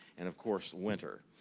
and of course, winter.